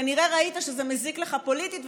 כנראה ראית שזה מזיק לך פוליטית,